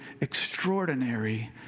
extraordinary